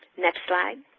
next slide,